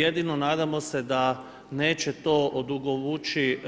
Jedino nadamo se da neće to odugovlačiti